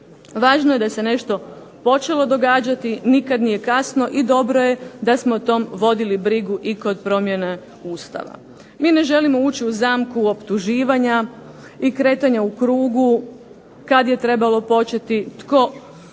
Važno je da se nešto počelo događati. Nikad nije kasno i dobro je da smo o tom vodili brigu i kod promjene Ustava. Mi ne želimo ući u zamku optuživanja i kretanja u krugu kad je trebalo početi tko nešto